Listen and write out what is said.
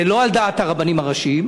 זה לא על דעת הרבנים הראשיים.